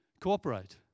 cooperate